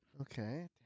Okay